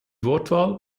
wortwahl